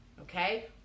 Okay